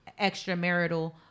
extramarital